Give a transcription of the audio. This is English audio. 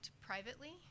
privately